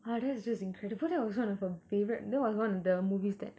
!wah! that's just incredible that was one of her favourite that was one of the movies that